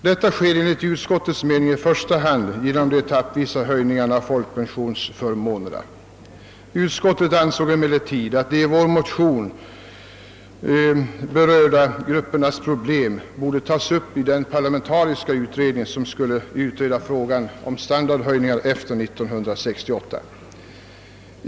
Detta sker enligt utskottets mening i första hand genom de etappvisa höjningarna av folkpensionsförmånerna.» Utskottet ansåg emellertid att de i vår motion berörda gruppernas problem borde tas upp i den parlamentariska utredning, som skulle utreda frågan om standardhöjningar efter 1968.